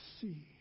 see